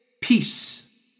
peace